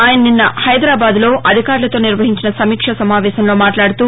ఆయన నిన్న హైదరాబాద్లో అధికారులతో నిర్వహించిన సమీక్ష సమావేశంలో మాట్లాడుతూ